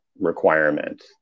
requirement